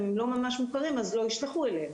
לא ישלחו אליהם.